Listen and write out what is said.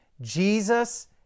Jesus